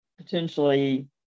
potentially